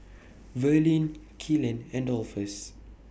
Verlene Kylan and Dolphus